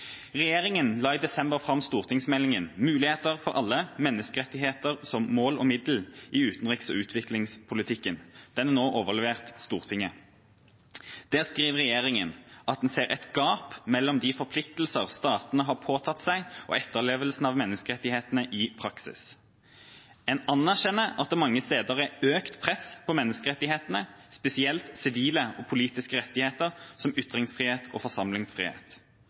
la i desember fram stortingsmeldinga «Muligheter for alle – menneskerettighetene som mål og middel i utenriks- og utviklingspolitikken». Den er nå overlevert Stortinget. Der skriver regjeringa at en ser et gap mellom de forpliktelser statene har påtatt seg, og etterlevelsen av menneskerettighetene i praksis. En anerkjenner at det mange steder er økt press på menneskerettighetene, spesielt sivile og politiske rettigheter som ytringsfrihet og forsamlingsfrihet.